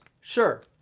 sure